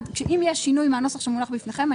אם יש שינוי מהנוסח שמונח בפניכם,